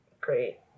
great